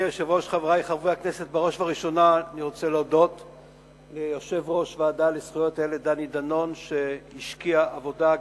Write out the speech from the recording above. אני רוצה להודות לוועדה, ואני רוצה בעיקר